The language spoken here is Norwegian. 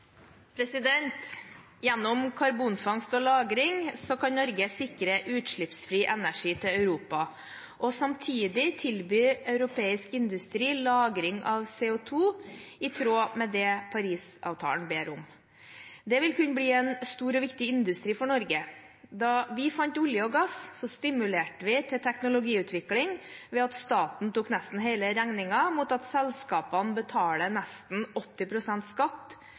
samtidig tilby europeisk industri lagring av CO 2 – i tråd med det Parisavtalen ber om. Det vil kunne bli en stor og viktig industri for Norge. Da vi fant olje og gass, stimulerte vi til teknologiutvikling ved at staten tok nesten hele regningen, mot at selskapene betaler nesten 80 pst. i skatt